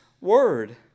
word